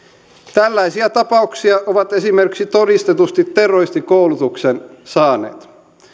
tällaisia tapauksia ovat esimerkiksi todistetusti terroristikoulutuksen saaneet